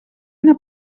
una